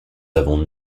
avons